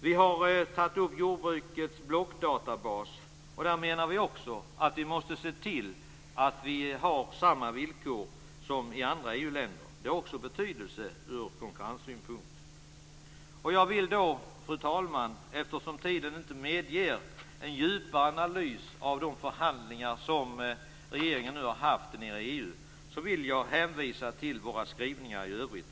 Vi har i en reservation tagit upp jordbrukets blockdatabas. Vi menar att vi måste se till att vi har samma villkor som man har i andra EU-länder. Det har också betydelse ur konkurrenssynpunkt. Eftersom tiden inte medger en djupare analys av de förhandlingar som regeringen nu har fört i EU, vill jag hänvisa till våra skrivningar i övrigt.